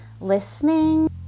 listening